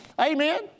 Amen